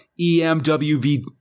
emwv